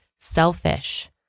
selfish